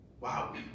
Wow